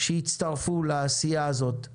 שיצטרפו לעשייה הזאת יבואו על הברכה.